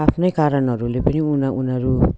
आफ्नै कारणहरूले पनि उनी उनीहरू